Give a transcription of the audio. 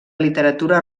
literatura